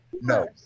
no